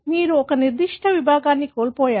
మీరు ఒక నిర్దిష్ట విభాగాన్ని కోల్పోయారు